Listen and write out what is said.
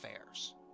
affairs